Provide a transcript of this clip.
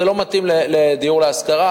זה לא מתאים לדיור להשכרה,